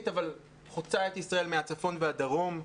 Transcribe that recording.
אבל חוצה את ישראל מהצפון ועד הדרום.